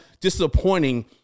disappointing